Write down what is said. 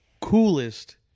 coolest